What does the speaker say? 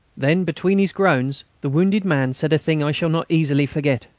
then between his groans the wounded man said a thing i shall not easily forget